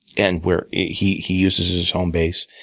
and where he he uses his own bass.